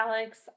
Alex